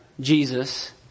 Jesus